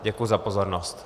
Děkuji za pozornost.